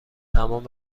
تمام